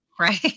Right